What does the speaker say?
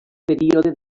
període